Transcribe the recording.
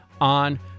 on